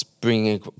bringing